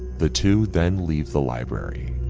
the two then leave the library